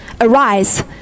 arise